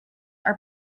are